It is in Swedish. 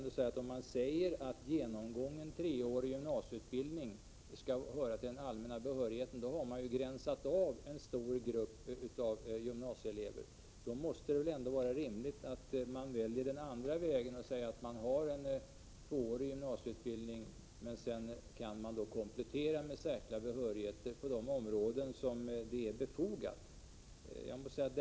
Om man säger att genomgången treårig gymnasieutbildning skall krävas för allmän behörighet, har man ju gränsat av en stor grupp gymnasieelever. Då måste det väl ändå vara rimligt att man väljer den andra vägen och säger att den som har en tvåårig gymnasieutbildning kan komplettera i enlighet med särskilda behörighetsvillkor för de utbildningar där det är befogat.